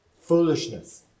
foolishness